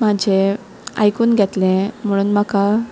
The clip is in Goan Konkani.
म्हाजें आयकून घेतलें म्हणून म्हाका